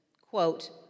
quote